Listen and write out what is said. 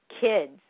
kids